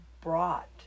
brought